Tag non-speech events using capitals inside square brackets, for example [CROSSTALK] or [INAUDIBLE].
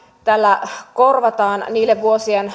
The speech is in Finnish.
tällä korvataan niille vuosien [UNINTELLIGIBLE]